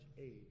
age